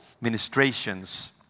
ministrations